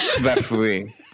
Referee